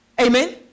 Amen